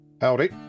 Howdy